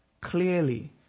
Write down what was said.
clearly